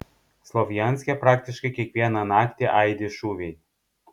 slovjanske praktiškai kiekvieną naktį aidi šūviai